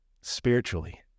Spiritually